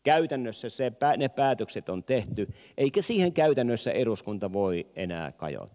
käytännössä ne päätökset on tehty eikä siihen käytännössä eduskunta voi enää kajota